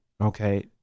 Okay